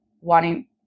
wanting